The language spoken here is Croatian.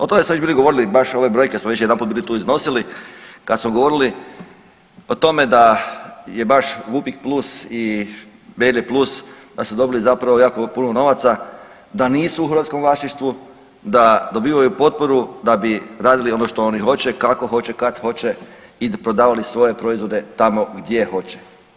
O tome smo već bili govorili baš ove brojke smo već jedanput bili tu iznosili, kad smo govorili o tome da je baš Vupik plus i Belje plus, da su dobili zapravo jako puno novaca, da nisu u hrvatskom vlasništvu, da dobivaju potporu da bi radili ono što oni hoće, kako hoće, kad hoće i prodavali svoje proizvode tamo gdje hoće.